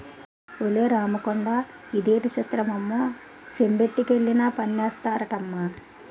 ఒలే రాముకొండా ఇదేటి సిత్రమమ్మో చెంబొట్టుకెళ్లినా పన్నేస్తారటమ్మా